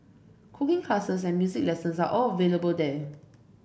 cooking classes and music lessons are all available there